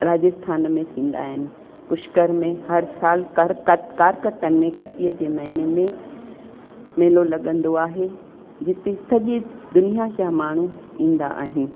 राजस्थान में थींदा आहिनि पुष्कर में हर साल करकत कारकतनि में कतीअ जे महीने में मेलो लॻंदो आहे जिते सॼे दुनिया माण्हू ईंदा आहिनि